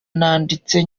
nanditse